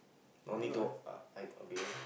no need to uh I okay